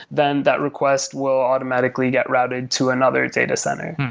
then that request will automatically get routed to another data center.